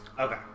Okay